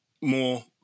more